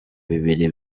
bibiri